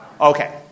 Okay